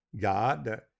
God